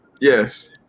Yes